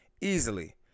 easily